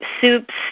Soups